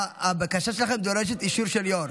הבקשה שלכם דורשת אישור של יו"ר,